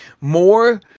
more